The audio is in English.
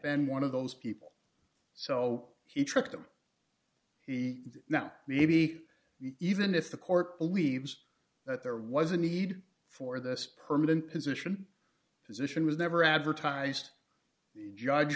been one of those people so he tricked them he not maybe even if the court believes that there was a need for this permanent position position was never advertised judge